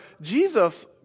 Jesus